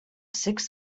six